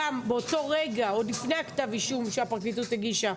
גם באותו רגע עוד לפני כתב האישום שהפרקליטות הגישה,